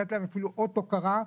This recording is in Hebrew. לתת להם אפילו אות הוקרה,